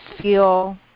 feel